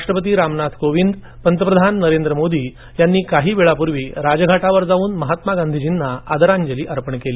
राष्ट्रपती रामनाथ कोविंद आणि पंतप्रधान नरेंद्र मोदी यांनी काही वेळापूर्वी राजघाटावर जाऊन महात्मा गांधीजींना आदरांजली अर्पण केली